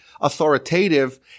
authoritative